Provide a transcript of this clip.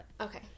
Okay